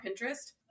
Pinterest